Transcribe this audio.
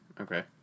Okay